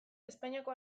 espainiako